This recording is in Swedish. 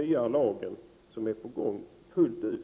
Om lagen som är på gång tillämpas fullt ut